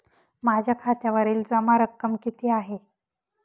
माझ्या खात्यावरील जमा रक्कम किती आहे?